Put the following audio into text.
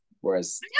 whereas